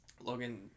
Logan